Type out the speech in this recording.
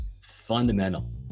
fundamental